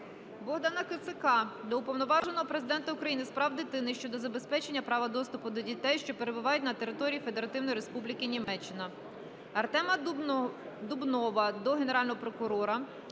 Богдана Кицака до Уповноваженого Президента України з прав дитини щодо забезпечення права доступу до дітей, що перебувають на території Федеративної Республіки Німеччини. Артема Дубнова до Генерального прокурора